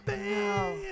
No